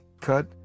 cut